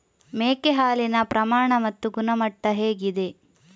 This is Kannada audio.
ಮೇಕೆ ಹಾಲಿನ ಪ್ರಮಾಣ ಮತ್ತು ಗುಣಮಟ್ಟ ಹೇಗಿದೆ?